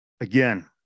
Again